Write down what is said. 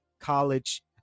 college